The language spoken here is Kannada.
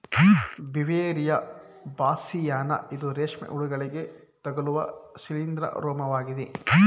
ಬ್ಯೂವೇರಿಯಾ ಬಾಸ್ಸಿಯಾನ ಇದು ರೇಷ್ಮೆ ಹುಳುಗಳಿಗೆ ತಗಲುವ ಶಿಲೀಂದ್ರ ರೋಗವಾಗಿದೆ